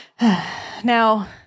Now